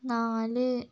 നാല്